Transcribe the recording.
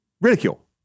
Ridicule